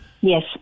Yes